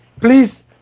please